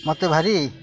ମୋତେ ଭାରି